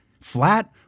Flat